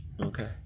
Okay